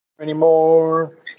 anymore